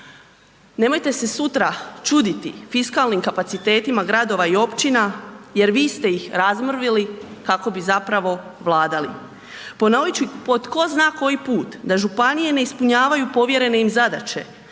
Nemojte se sutra čuditi fiskalnim kapacitetima gradova i općina jer vi ste ih razmrvili kako bi zapravo vladali. Ponovit ću po tko zna koji put, da županije ne ispunjavaju povjerene im zadaće